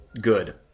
good